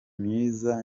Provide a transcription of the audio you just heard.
myiza